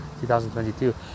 2022